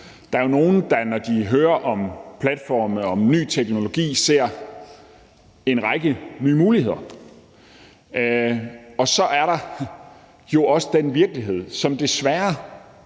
Der er jo nogle, der, når de hører om platforme og ny teknologi, ser en række nye muligheder, og så er der jo også den virkelighed, som desværre